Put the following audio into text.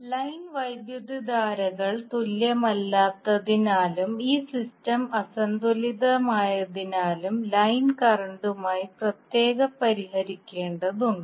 line വൈദ്യുതധാരകൾ തുല്യമല്ലാത്തതിനാലും ഈ സിസ്റ്റം അസന്തുലിതമായതിനാലും ലൈൻ കറന്റിനായി പ്രത്യേകം പരിഹരിക്കേണ്ടതുണ്ട്